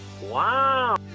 Wow